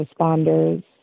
responders